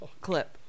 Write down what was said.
clip